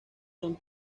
son